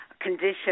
condition